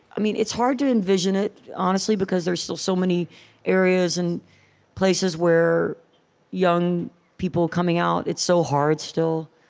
i mean, it's hard to envision it, honestly, because there's still so many areas and places where young people coming out, it's so hard still.